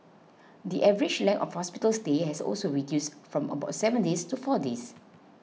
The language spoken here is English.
the average length of hospital stay has also reduced from about seven days to four days